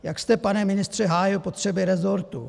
Jak jste, pane ministře, hájil potřeby rezortu?